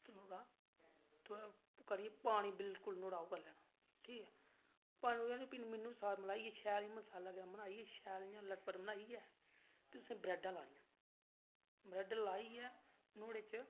नुआढ़ा करियै पानी बिल्कुल ओह् करी लैना ठीक ऐ पानी दे बाद उसी मिऔनीज शैल मिलाइयै शैल इयां लत पत बनाइयै फ्हीं तुसे ब्रेडां लेआनियां ब्रेड लेआइयै नुआढ़े च